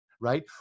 right